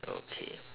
okay